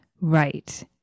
Right